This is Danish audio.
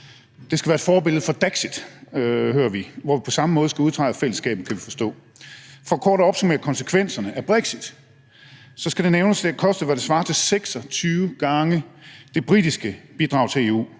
det skal være et forbillede for daxit, hører vi, hvor Danmark på samme måde skal udtræde af EU-fællesskabet, kan vi forstå. For kort at opsummere konsekvenserne af brexit, skal det nævnes, at det koster, hvad der svarer til 26 gange det britiske bidrag til EU.